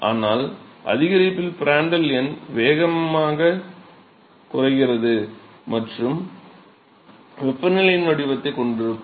எனவே அதிகரிப்பில் பிராண்டல் எண் வேகமாக குறைகிறது மற்றும் வெப்பநிலையின் வடிவத்தைக் கொண்டிருக்கும்